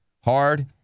hard